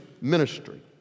ministry